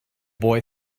boy